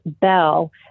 bell